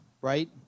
right